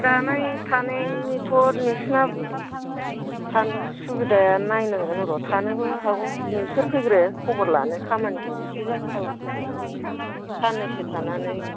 जानाय थानायनिथ' नोंसोरना थानो सुबिदाया नायनांगोन र' थानोबो हागौ नोंसोर फैग्रो ख'बर लानो खामानिखौ एसे जाज खालामफैदो साननैसो थानानै